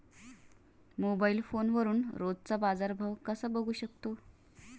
Mobile फोनवरून रोजचा बाजारभाव कसा बघू शकतो?